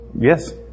Yes